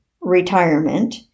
retirement